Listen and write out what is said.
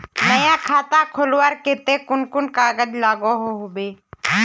नया खाता खोलवार केते कुन कुन कागज लागोहो होबे?